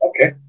Okay